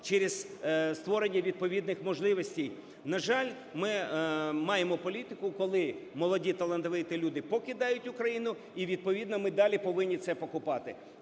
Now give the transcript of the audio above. через створення відповідних можливостей. На жаль, ми маємо політику, коли молоді талановиті люди покидають Україну і відповідно ми далі повинні це покупати.